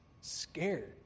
scared